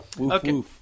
Okay